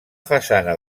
façana